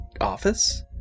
office